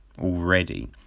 already